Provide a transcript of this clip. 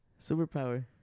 Superpower